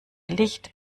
licht